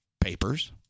Papers